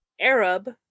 Arab